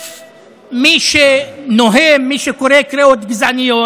מי שנוהם, מי שקורא קריאות גזעניות,